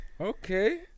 okay